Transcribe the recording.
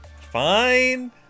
Fine